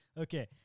Okay